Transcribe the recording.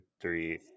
three